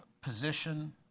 position